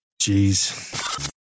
Jeez